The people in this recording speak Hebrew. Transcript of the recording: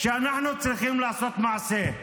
שאנחנו צריכים לעשות מעשה.